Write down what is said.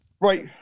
Right